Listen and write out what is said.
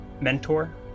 Mentor